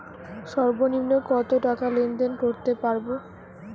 সর্বনিম্ন কত টাকা লেনদেন করতে পারবো?